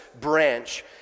branch